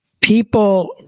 people